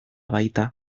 baita